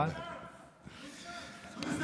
אדוני היושב-ראש,